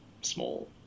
small